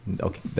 Okay